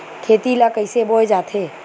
खेती ला कइसे बोय जाथे?